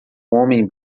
homem